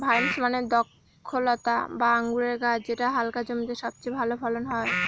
vines মানে দ্রক্ষলতা বা আঙুরের গাছ যেটা হালকা জমিতে সবচেয়ে ভালো ফলন হয়